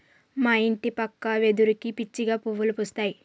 మా ఇంటి పక్క వెదురుకి పిచ్చిగా పువ్వులు పూస్తాయి